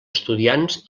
estudiants